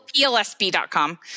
PLSB.com